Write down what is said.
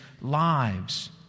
lives